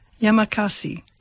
Yamakasi